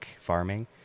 farming